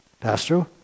Pastor